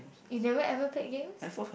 you never ever play games